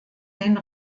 den